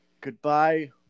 goodbye